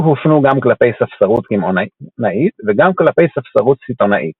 אלו הופנו גם כלפי ספסרות קמעונאית וגם כלפי ספסרות סיטונאית.